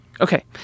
okay